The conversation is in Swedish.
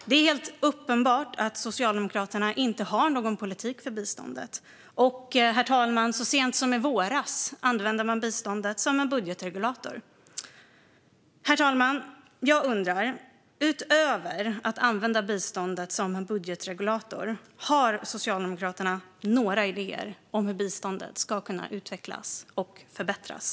Det är helt uppenbart att Socialdemokraterna inte har någon politik för biståndet. Och, herr talman, så sent som i våras använde man biståndet som en budgetregulator. Herr talman! Utöver att använda biståndet som en budgetregulator, har Socialdemokraterna några idéer om hur biståndet ska kunna utvecklas och förbättras?